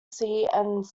sarah